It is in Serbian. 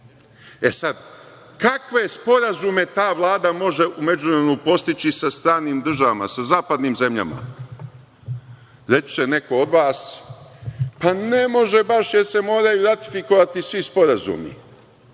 E, sad kakve sporazume ta Vlada može u međuvremenu postići sa stranim državama, sa zapadnim zemljama. Reći će neko od vas – pa, ne može baš jer se moraju ratifikovati svi sporazumi.